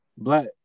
Black